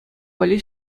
валли